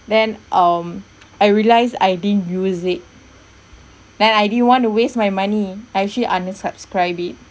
then um I realised I didn't use it then I didn't want to waste my money I actually unsubscribe it